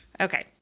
Okay